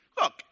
Look